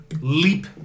leap